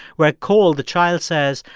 where cole, the child, says,